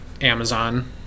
Amazon